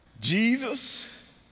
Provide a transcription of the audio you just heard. Jesus